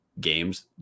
games